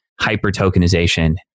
hyper-tokenization